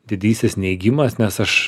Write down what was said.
didysis neigimas nes aš